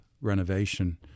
renovation